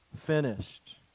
finished